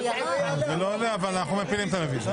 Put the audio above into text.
זה לא עולה אבל אנחנו מפילים את הרוויזיה.